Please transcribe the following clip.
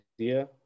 idea